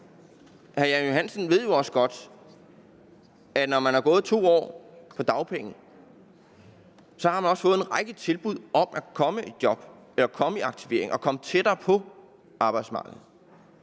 Jan Johansen ved jo også godt, at når man har gået 2 år på dagpenge, har man også fået en række tilbud om at komme i job eller komme i aktivering og komme tættere på arbejdsmarkedet.